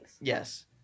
Yes